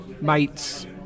mates